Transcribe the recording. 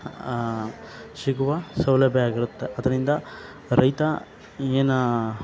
ಸಿಗುವ ಸೌಲಭ್ಯ ಆಗಿರುತ್ತೆ ಅದರಿಂದ ರೈತ ಏನು